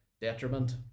detriment